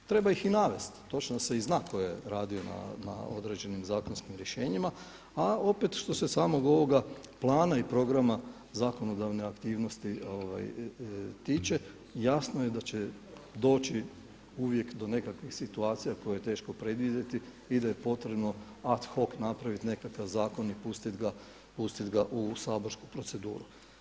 Treba ih i navesti točno da se i zna tko je radio na određenim zakonskim rješenjima a opet što se samog ovoga plana i programa zakonodavne aktivnosti tiče jasno je da će doći uvijek do nekakvih situacija koje teško predvidjeti i da je potrebno ad hoc napraviti nekakav zakon i pustiti ga u saborsku proceduru.